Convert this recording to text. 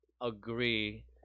agree